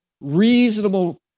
reasonable